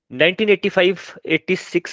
1985-86